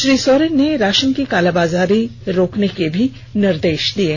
श्री सोरेन ने राशन की कालाबाजारी रोकने के भी निर्देश दिये